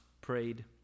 prayed